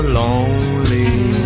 lonely